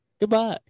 Goodbye